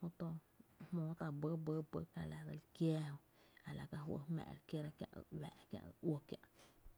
jö to jmóó tá’ by, by ka la dse le kiää a la ka juý jmá e re kiera kiä’ i uⱥⱥ’ kiá’ ý uó kiä’.